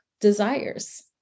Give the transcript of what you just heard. desires